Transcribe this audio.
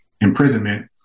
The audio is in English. imprisonment